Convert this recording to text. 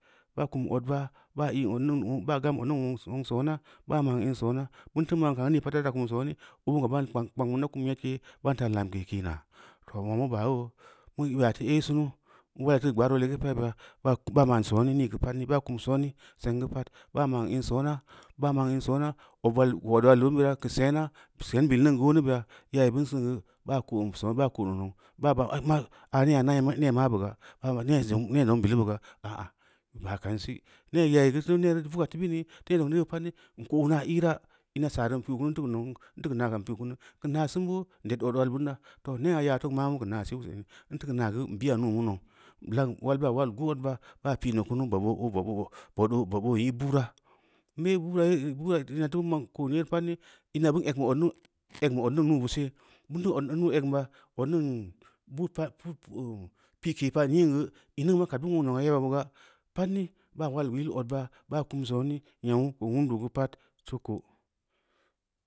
Ba’a kum ot ba’a, ba’ an ot niŋ gə ba’a gem ot niŋ woŋ woŋ soná ba’a ma’a an soná an tə ma’an ka’an an ni pa’at da’a ta’a kum soné abu’un ko’o ba’a kpang kang də da’a kum nyetke ba’an ta’a lamke kina’a toh woŋ mə ba’a a’ wo’o bən ya’a tə ei sunu’u buu wə ta kə gbaro’o legə pa’a, ba’a ma’an sone ni ga paat ni ba’a kum soné senga pa’at ba’a ma’an an soná-ba’a ma’an ən saná wal wal dən bira’a ka sena’a ka’ sen bi’i’l niŋ wo’o ni be’a ye’a gə bən sən gə, ba’a ko’on son ba’a ko’on bə naʊ baa ba’an ai ma’a a ne’a’-ai ne’a’ zoŋ n’e’ zom biluu ba ga’a ah ah mma’a kansi ne’a’ yayi’i’ gə tən ne’a gə vuga’a pa’at ne’ ko’o ina’a ira’a ina’a sarə an pi’i kunu’u an ra kə nau am ta kə na’a kam an pii kunu’u ka na’a sengə an det ot wal ban da’a toh ne’a’ ya’a toh ma’a mu ka na’a sen an ta ka na’a wə beya’a wə guu wal na’a ba’a piina kunu’u bo’b o’ bóbóbób ó bob `ó í bu’uraa an be bu’ura’a ye’e, bu’ura’a ta ma’an ka’o ye’e pa’ta bob o’ bob ‘o’ i’i buwa’a an be’ gə bu’ura ina ta na’am konyee pa’at ni’i ina ban ek da ku ot niŋ ek ba ot niŋ nu’u ba’a ot niŋ bu’ut pa’a bu’ut mhmm pui ke pa’a niŋ ga aŋ gə am mim, a’a la’at nən oʒun yeba ba ga’a pa’at ni’i ba’a wal yil ot ba ba’a kum soné nyaʊ wundu’u gə pa’at sokko’o.